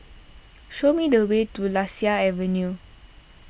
show me the way to Lasia Avenue